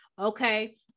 okay